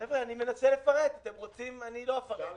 אני מנסה לפרט, אם אתם רוצים לא אפרט.